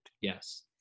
yes